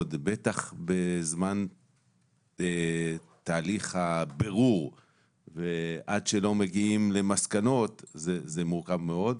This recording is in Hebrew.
בטח בזמן תהליך הבירור ועד שלא מגיעים למסקנות זה מורכב מאוד,